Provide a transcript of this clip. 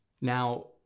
Now